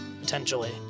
potentially